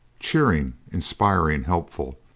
cheering, inspiring, helpful,